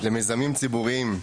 למזימים ציבוריים.